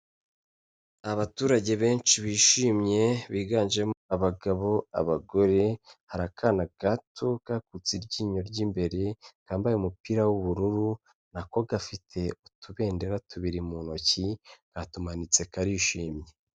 Abaturage benshi bishimye biganjemo abagabo, abagore, hari akana gato kakutse iryinyo ry'imbere, kambaye umupira w'ubururu na ko gafite utubendera tubiri mu ntoki, katumanitse karishimye.